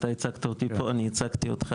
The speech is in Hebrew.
אתה ייצגת אותי פה ואני ייצגתי אותך